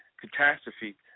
catastrophe